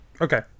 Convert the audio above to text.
Okay